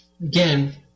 Again